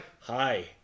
hi